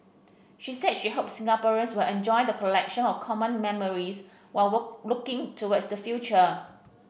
she said she hopes Singaporeans will enjoy the collection of common memories while were looking towards the future